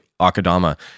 Akadama